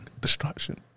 Destruction